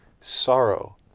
Sorrow